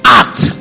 act